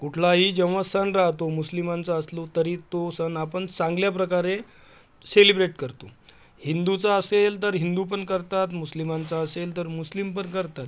कुठलाही जेव्हा सण राहतो मुस्लिमांचा असलो तरी तो सण आपण चांगल्या प्रकारे सेलिब्रेट करतो हिंदूचा असेल तर हिंदू पण करतात मुस्लिमांचा असेल तर मुस्लीम पण करतात